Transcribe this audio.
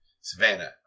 Savannah